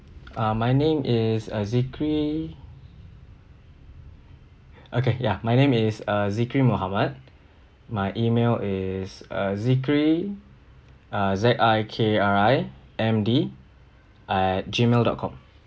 uh my name is uh zikri okay ya my name is uh zikri mohamad my E-mail is uh zikri uh Z I K R I M D at Gmail dot com